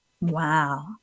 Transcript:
Wow